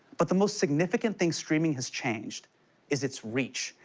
but the most significant thing streaming has changed is its reach,